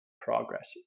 progress